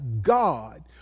God